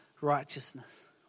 righteousness